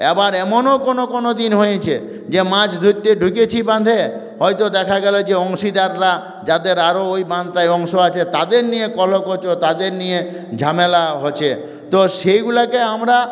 এবার এমনও কোন কোন দিন হয়েছে যে মাছ ধরতে ঢুকেছি বাঁধে হয়তো দেখা গেল যে অংশীদাররা যাদের আরও ওই বাঁধটায় অংশ আছে তাদের নিয়ে কলকচো তাদের নিয়ে ঝামেলা হচ্ছে তো সেইগলোকে আমরা